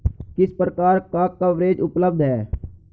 किस प्रकार का कवरेज उपलब्ध है?